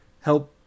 help